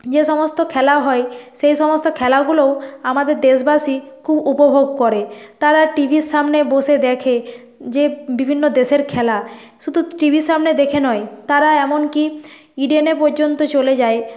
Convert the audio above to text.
যে সমস্ত খেলা হয় সেই সমস্ত খেলাগুলোও আমাদের দেশবাসী খুব উপভোগ করে তারা টি ভির সামনে বসে দেখে যে বিভিন্ন দেশের খেলা শুধু টি ভির সামনে দেখে নয় তারা এমন কি ইডেনে পর্যন্ত চলে যায়